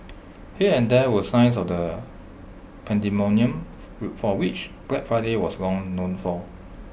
here and there were signs of the pandemonium for which Black Friday was long known for